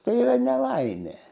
tai yra nelaimė